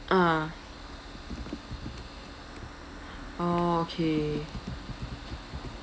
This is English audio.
ah oh okay